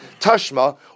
Tashma